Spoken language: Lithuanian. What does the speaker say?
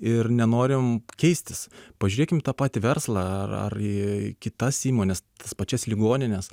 ir nenorim keistis pažiūrėkim į tą patį verslą ar ar į kitas įmones tas pačias ligonines